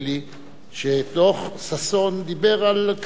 שדוח-ששון דיבר על קרקעות פרטיות,